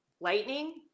Lightning